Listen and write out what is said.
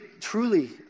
truly